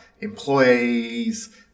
employees